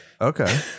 Okay